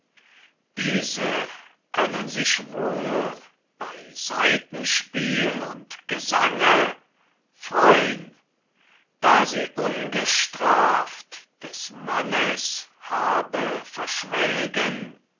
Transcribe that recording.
diese können sich wohl bei saitenspiel und gesange freun da sie ungestraft des mannes habe verschwelgen